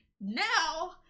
now